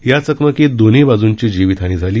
या चकमकीत दोन्ही बाजूंची जीवितहानी झाली